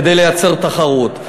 כדי לייצר תחרות.